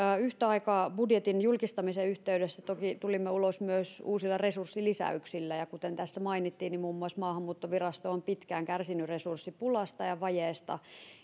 yhtä aikaa budjetin julkistamisen yhteydessä toki tulimme ulos myös uusilla resurssilisäyksillä ja kuten tässä mainittiin muun muassa maahanmuuttovirasto on pitkään kärsinyt resurssipulasta ja vajeesta